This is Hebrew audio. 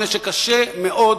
מפני שקשה מאוד,